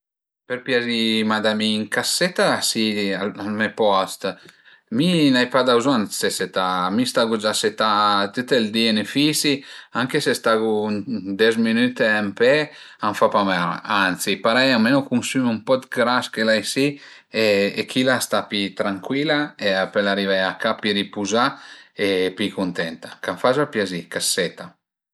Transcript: Për piazì madamin, ch'a së seta si al me post, mi ën ai pa da bëzogn dë ste setà, mi stagu gia setà tüt ël di ën üfisi, anche se stagu des minüte ën pe a m'fa pa mal, anzi parei almenu cunsümu ën po d'gras che l'ai si e chila a sta pi trancuila e a pöl arivé a ca pi ripuzà e pi cuntenta, ch'a m'faza ël piazì, ch'a së seta